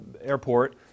Airport